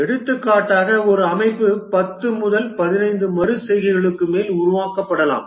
எடுத்துக்காட்டாக ஒரு அமைப்பு 10 முதல் 15 மறு செய்கைகளுக்கு மேல் உருவாக்கப்படலாம்